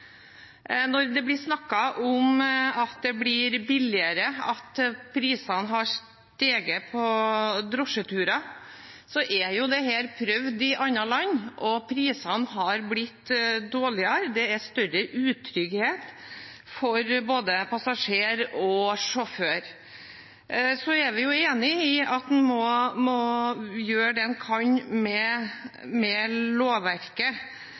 Når det blir snakket om at det blir billigere, at prisene har steget på drosjeturer: Dette er jo prøvd ut i andre land, og prisene er blitt dårligere – det er større utrygghet for både passasjer og sjåfør. Så er vi enig i at man må gjøre det man kan med lovverket.